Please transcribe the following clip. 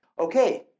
okay